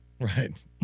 Right